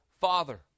Father